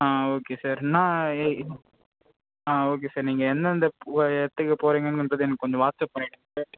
ஆ okay sir நான் ஆ okay sir நீங்கள் எந்தெந்த இடத்துக்கு போகிறிங்கன்றது எனக்கு கொஞ்சம் வாட்ஸ்அப் பண்ணிவிடுங்க சார்